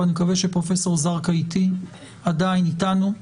ואני מקווה שפרופסור זרקא עדיין אתנו,